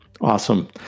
Awesome